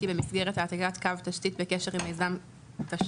כי במסגרת העתקת קו תשתית בקשר עם מיזם תשתית,